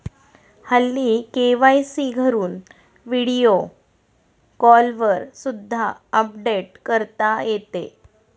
हल्ली के.वाय.सी घरून व्हिडिओ कॉलवर सुद्धा अपडेट करता येते